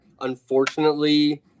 unfortunately